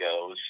goes